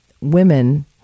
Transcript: women